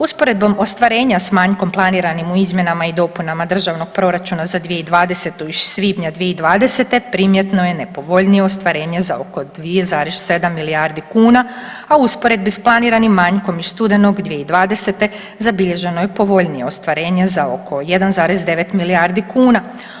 Usporedbom ostvarenja s manjkom planiranim u izmjenama i dopunama državnog proračuna za 2020. iz svibnja 2020.-te primjetno je nepovoljnije ostvarenje za oko 2,7 milijardi kuna, a u usporedbi s planiranim manjkom iz studenog 2020. zabilježeno je povoljnije ostvarenje za oko 1,9 milijardi kuna.